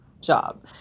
job